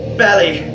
belly